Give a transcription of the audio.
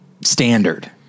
standard